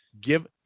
give